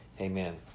Amen